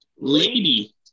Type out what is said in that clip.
Lady